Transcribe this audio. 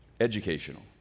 educational